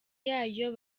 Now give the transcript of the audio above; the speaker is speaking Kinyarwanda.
yayo